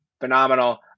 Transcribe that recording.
phenomenal